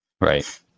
Right